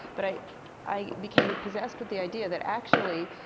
but i i became possessed with the idea that actually,